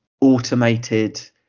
automated